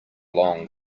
long